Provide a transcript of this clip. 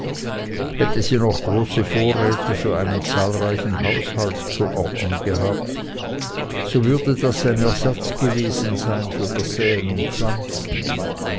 hätte sie noch große vorräte für einen zahlreichen haushalt zu ordnen gehabt so würde das ein ersatz gewesen sein für das säen und pflanzen